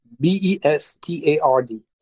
B-E-S-T-A-R-D